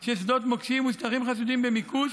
של שדות מוקשים ושטחים חשודים במיקוש